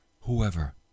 Whoever